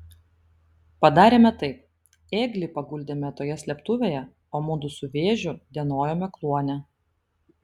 padarėme taip ėglį paguldėme toje slėptuvėje o mudu su vėžiu dienojome kluone